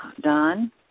Don